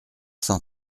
cent